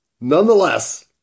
nonetheless